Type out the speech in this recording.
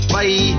Bye